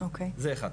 זה אחד.